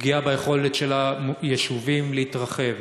פגיעה ביכולת של היישובים להתרחב.